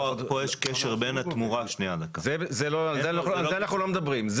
על זה אנחנו לא מדברים.